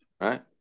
Right